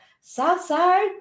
Southside